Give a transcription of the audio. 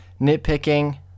nitpicking